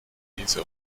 diese